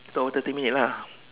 oh thirty minute lah